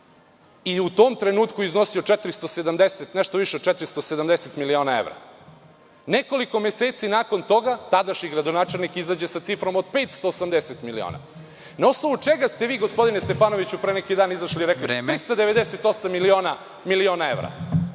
i u tom trenutku iznosio nešto više od 470 miliona evra. Nekoliko meseci nakon toga, tadašnji gradonačelnik izađe sa cifrom od 580 miliona. Na osnovu čega ste vi gospodine Stefanoviću pre neki dan izašli i rekli - 398 miliona evra.